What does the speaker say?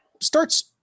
starts